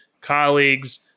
colleagues